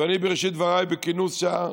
ואני בראשית דבריי בכינוס שם,